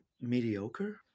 mediocre